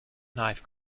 knife